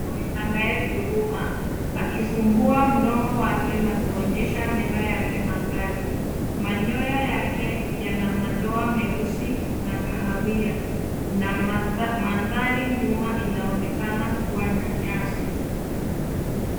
Chui anayeguruma akifumbua mdomo wake na kuonyesha meno yake makali. Manyoya yake yana madoa meusi na kahawia na mandhri nyuma inaonekana kuwa na nyasi.